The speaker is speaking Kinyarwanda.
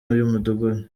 iy’umudugudu